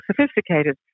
sophisticated